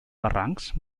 barrancs